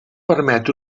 permet